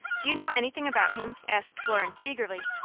do you know anything about him? asked florence, eagerly.